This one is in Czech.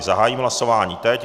Zahájím hlasování teď.